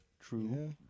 true